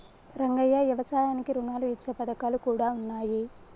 రంగయ్య యవసాయానికి రుణాలు ఇచ్చే పథకాలు కూడా ఉన్నాయి